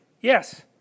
Yes